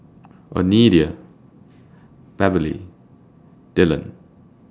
Oneida Beverly Dillon